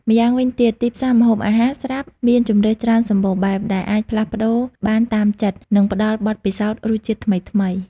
ម្យ៉ាងវិញទៀត ទីផ្សារម្ហូបអាហារស្រាប់មាន ជម្រើសច្រើនសម្បូរបែប ដែលអាចផ្លាស់ប្តូរបានតាមចិត្ត និងផ្តល់បទពិសោធន៍រសជាតិថ្មីៗ។